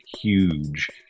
huge